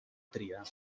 tria